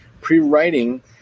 pre-writing